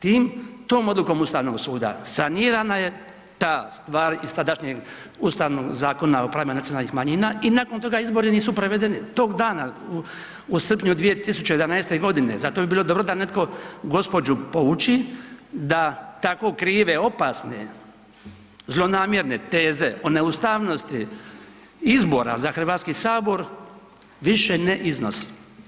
Znači tom odlikom Ustavnog suda sanirana je ta stvar iz sadašnje Ustavnog zakona o pravima nacionalnih manjina i nakon toga izbori nisu provedeni tog dana u srpnju 2011. godine, zato bi bilo dobro da netko gospođu pouči da tako krve, opasne, zlonamjerne teze o neustavnosti izbora za Hrvatski sabor više ne iznosi.